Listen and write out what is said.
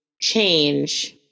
change